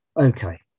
Okay